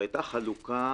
הייתה חלוקה